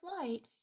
flight